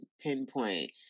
pinpoint